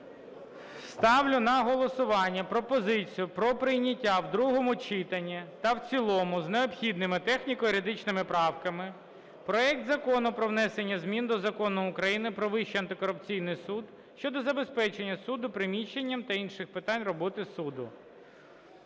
Ставлю на голосування пропозицію про прийняття в другому читанні та в цілому з необхідними техніко-юридичними правками проект Закону про внесення змін до Закону України "Про Вищий антикорупційний суд" щодо забезпечення суду приміщенням та інших питань роботи суду